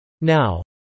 Now